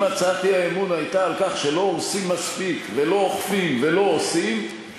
אם הצעת האי-אמון הייתה על כך שלא הורסים מספיק ולא אוכפים ולא עושים,